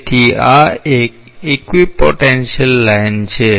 તેથી આ એક ઇક્વિપોટેન્શિયલ લાઇન છે